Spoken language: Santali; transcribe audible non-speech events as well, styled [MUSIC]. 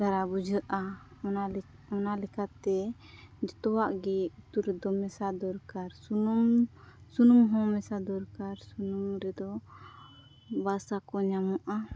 ᱫᱷᱟᱨᱟ ᱵᱩᱡᱷᱟᱹᱜᱼᱟ [UNINTELLIGIBLE] ᱚᱱᱟ ᱞᱮᱠᱟᱛᱮ ᱡᱚᱛᱚᱣᱟᱜ ᱜᱮ ᱩᱛᱩᱨᱮᱫᱚ ᱢᱮᱥᱟ ᱫᱚᱨᱠᱟᱨ ᱥᱩᱱᱩᱢ ᱥᱩᱱᱩᱢᱦᱚᱸ ᱢᱮᱥᱟ ᱫᱚᱨᱠᱟᱨ ᱥᱩᱱᱩᱢ ᱨᱮᱫᱚ ᱵᱟᱥᱟᱠᱚ ᱧᱟᱢᱚᱜᱼᱟ